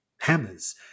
hammers